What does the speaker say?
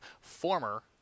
Former